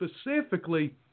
Specifically